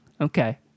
okay